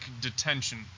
detention